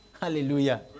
Hallelujah